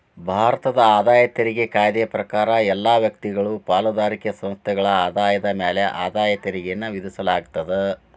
ಭಾರತದ ಆದಾಯ ತೆರಿಗೆ ಕಾಯ್ದೆ ಪ್ರಕಾರ ಎಲ್ಲಾ ವ್ಯಕ್ತಿಗಳು ಪಾಲುದಾರಿಕೆ ಸಂಸ್ಥೆಗಳ ಆದಾಯದ ಮ್ಯಾಲೆ ಆದಾಯ ತೆರಿಗೆಯನ್ನ ವಿಧಿಸಲಾಗ್ತದ